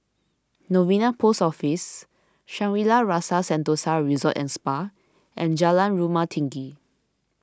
Novena Post Office Shangri La's Rasa Sentosa Resort and Spa and Jalan Rumah Tinggi